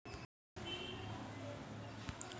मले ऑनलाईन गेल्या बगर बँकेत खात खोलता येईन का?